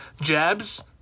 jabs